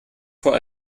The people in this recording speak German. vor